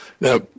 Now